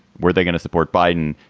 were they going to support biden?